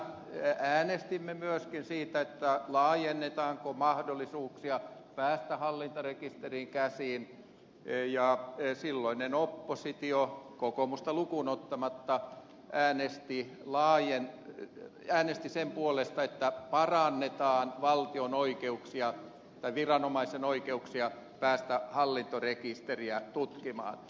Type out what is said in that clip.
siinä äänestimme myöskin siitä laajennetaanko mahdollisuuksia päästä hallintarekisteriin käsiksi ja silloinen oppositio kokoomusta lukuun ottamatta äänesti sen puolesta että parannetaan viranomaisen oikeuksia päästä hallintorekisteriä tutkimaan